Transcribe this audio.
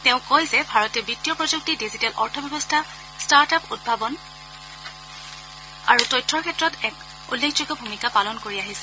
তেওঁ কয় যে ভাৰতে বিত্তীয় প্ৰযুক্তি ডিজিটেল অৰ্থব্যৱস্থা ষ্টাৰ্টআপ উদ্ভাৱন আৰু তথ্যৰ ক্ষেত্ৰত এক উল্লেখযোগ্য ভূমিকা পালন কৰি আহিছে